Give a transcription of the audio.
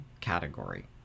category